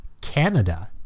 canada